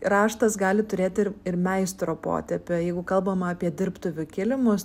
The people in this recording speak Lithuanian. raštas gali turėti ir meistro potėpio jeigu kalbama apie dirbtuvių kilimus